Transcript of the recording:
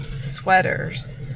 sweaters